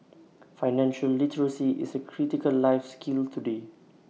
financial literacy is A critical life skill today